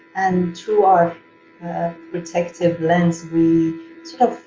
and through our protective lens, we sort of